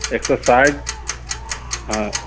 exercise ہاں